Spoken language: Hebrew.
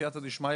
בסיעתא דשמיא,